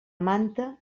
manta